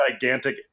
gigantic